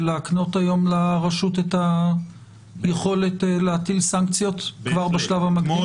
להקנות היום לרשות את היכולת להטיל סנקציות כבר בשלב המקדים?